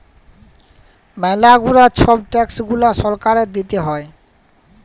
ম্যালা গুলা ছব ট্যাক্স গুলা সরকারকে দিতে হ্যয়